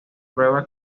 prueba